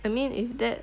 I mean if that